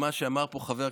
מה הבעיה?